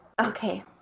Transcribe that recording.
okay